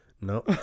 No